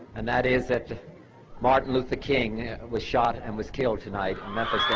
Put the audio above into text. and that is that martin luther king was shot and was killed tonight in memphis,